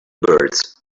birds